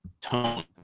tone